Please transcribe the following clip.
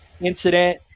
incident